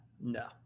No